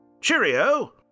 Cheerio